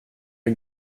hur